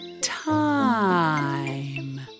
time